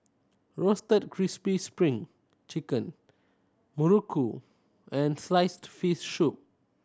Roasted Crispy Spring Chicken muruku and sliced fish soup